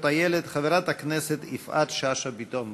הילד חברת הכנסת יפעת שאשא ביטון.